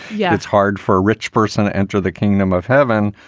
yeah it's hard for a rich person to enter the kingdom of heaven.